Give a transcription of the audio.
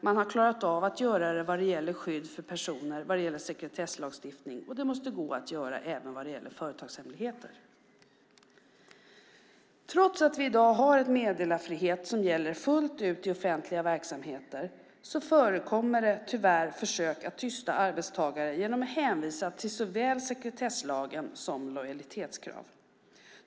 Man har klarat av att göra det vad gäller skydd för personer och vad gäller sekretesslagstiftning, och det måste gå att göra även vad gäller företagshemligheter. Trots att vi i dag har en meddelarfrihet som gäller fullt ut i offentliga verksamheter förekommer det tyvärr försök att tysta arbetstagare genom hänvisning till såväl sekretesslagen som lojalitetskrav.